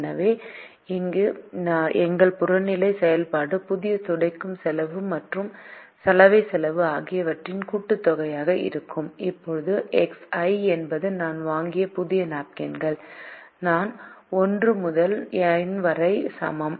எனவே எங்கள் புறநிலை செயல்பாடு புதிய துடைக்கும் செலவு மற்றும் சலவை செலவு ஆகியவற்றின் கூட்டுத்தொகையாக இருக்கும் இப்போது Xi என்பது நான் வாங்கிய புதிய நாப்கின்கள் நான் 1 முதல் n வரை சமம்